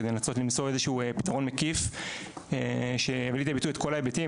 כדי לנסות למצוא איזשהו פתרון מקיף שיביא לידי ביטוי את כל ההיבטים.